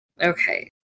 Okay